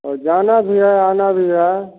और जाना भी है आना भी है